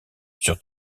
sur